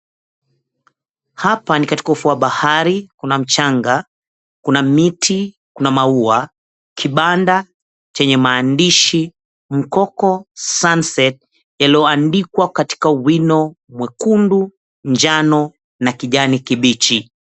Hapa ni katika ufuo wa bahari kuna mchanga, kuna miti, kuna maua, kibanda chenye maandishi Mkoko Sunset, yaliyoandikwa katika wino mwekundu, njano na kijani kibichi.